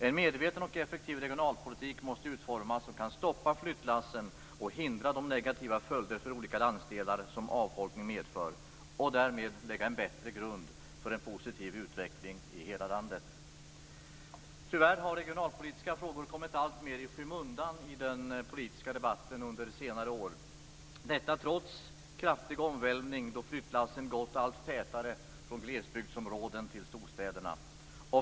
En medveten och effektiv regionalpolitik måste utformas som kan stoppa flyttlassen och hindra de negativa följder för olika landsdelar som avfolkning medför och därmed lägga en bättre grund för en positiv utveckling i hela landet. Tyvärr har regionalpolitiska frågor under senare år alltmer kommit i skymundan i den politiska debatten; detta trots en kraftig omvälvning då flyttlassen gått allt tätare från glesbygdsområden till storstäder.